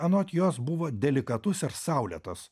anot jos buvo delikatus ir saulėtas